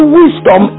wisdom